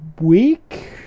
week